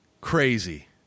Crazy